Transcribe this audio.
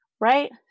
right